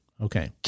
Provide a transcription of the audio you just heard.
Okay